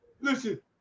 Listen